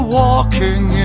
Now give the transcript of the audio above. walking